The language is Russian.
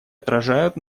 отражают